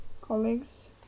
colleagues